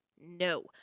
No